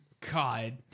god